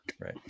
Right